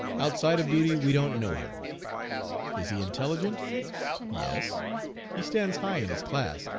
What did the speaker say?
outside of duty, we don't know him is he intelligent yes he stands high in his class,